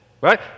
right